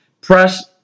press